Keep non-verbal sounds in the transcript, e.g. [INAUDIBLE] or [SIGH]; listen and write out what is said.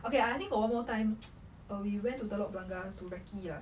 okay I think got one more time [NOISE] err we went to telok blangah to recce lah